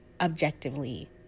objectively